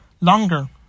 longer